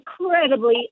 incredibly